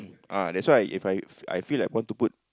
ah that's why If I I feel like want to put